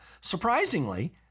Surprisingly